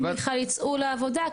אם בכלל ייצאו לעבודה,